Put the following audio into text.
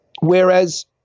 Whereas